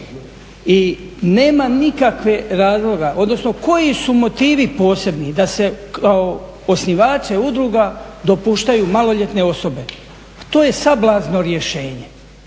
I nema nikakvog razloga, odnosno koji su motivi posebni da se kao osnivače udruga dopuštaju maloljetne osobe. Pa to je sablazno rješenje.